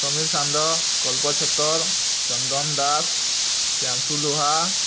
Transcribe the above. ସମୀର ଷାଣ୍ଢ କଳ୍ପ ଛତର୍ ଚନ୍ଦନ ଦାସ ପ୍ୟାଂଶୁ ଲୋହା